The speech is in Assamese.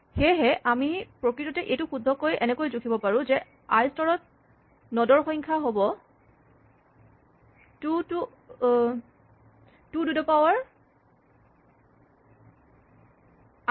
সেয়েহে আমি প্ৰকৃততে এইটো শুদ্ধকৈ এনেকৈ জুখিব পাৰোঁ যে আই স্তৰত নড ৰ সংখ্যা হ'ব two to the power I